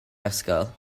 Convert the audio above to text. ysgol